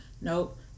nope